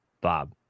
Bob